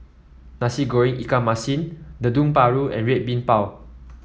Nasi Goreng Ikan Masin Dendeng Paru and Red Bean Bao